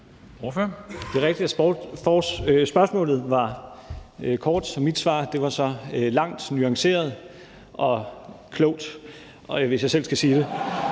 spørgsmålet var kort; mit svar var så langt, nuanceret og klogt,